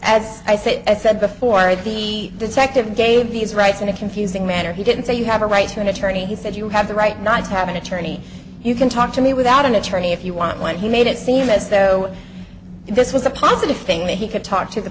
as i said as i said before the detective gave these rights in a confusing manner he didn't say you have a right to an attorney he said you have the right not to have an attorney you can talk to me without an attorney if you want one he made it seem as though this was a positive thing that he could talk to the